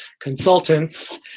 Consultants